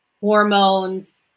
hormones